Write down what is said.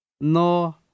no